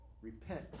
Repent